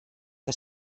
que